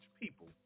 people